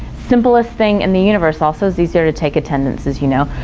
simplest thing in the universal, also it's easier to take attendance as you know,